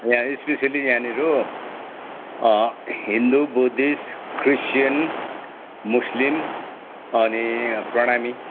यहाँ इस्पेसेली यहाँनिर Hindu Buddhist Christian Muslim अनि प्रणामी